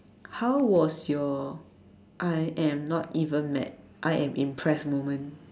how was your I am not even mad I am impressed moment